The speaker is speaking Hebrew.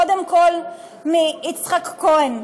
קודם כול מאיציק כהן,